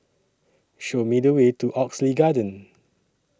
Show Me The Way to Oxley Garden